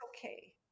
okay